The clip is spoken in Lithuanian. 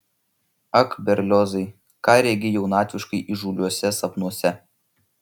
ak berliozai ką regi jaunatviškai įžūliuose sapnuose